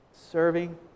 serving